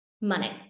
money